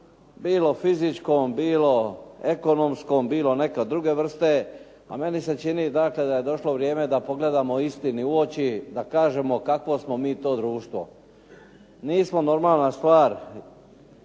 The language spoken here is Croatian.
bilo fizičkom bilo ekonomskom, bilo neke druge vrste, a meni se čini da kada je došlo vrijeme da pogledamo istini u oči, da kažemo kakvo smo mi to društvo. Nismo, normalna stvar,